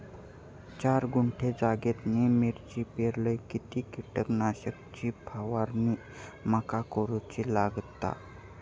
चार गुंठे जागेत मी मिरची पेरलय किती कीटक नाशक ची फवारणी माका करूची लागात?